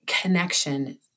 connection